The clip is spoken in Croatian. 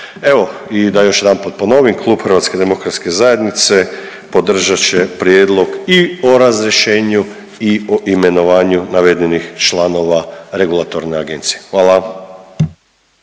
Evo i da još jedanput ponovim, klub HDZ-a podržat će prijedlog i o razrješenju i o imenovanju navedenih članova regulatorne agencije. Hvala.